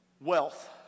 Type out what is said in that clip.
Wealth